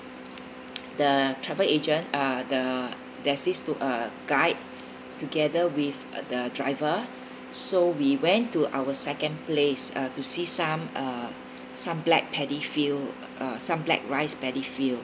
the travel agent uh the there's these two uh guy together with the driver so we went to our second place uh to see some uh some black paddy field uh some black rice paddy field